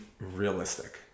realistic